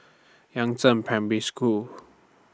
Yangzheng Primary School